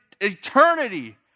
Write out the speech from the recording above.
eternity